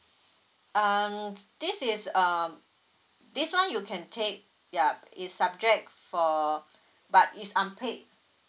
um this is um this one you can take yup is subject for but is unpaid